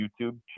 YouTube